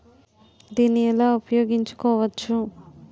దీన్ని ఎలా ఉపయోగించు కోవచ్చు?